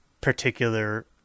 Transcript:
particular